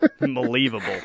Unbelievable